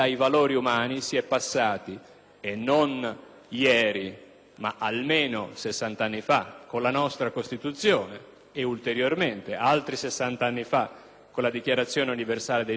ieri, ma almeno 60 anni fa con la nostra Costituzione e, ulteriormente, con la Dichiarazione universale dei diritti dell'uomo e, ancora,